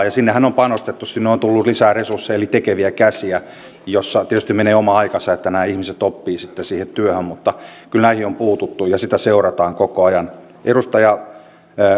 ja sinnehän on panostettu sinne on tullut lisää resursseja eli tekeviä käsiä siinä tietysti menee oma aikansa että nämä ihmiset oppivat sitten siihen työhön mutta kyllä näihin on puututtu ja sitä seurataan koko ajan edustaja